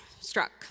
struck